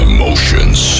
Emotions